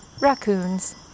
raccoons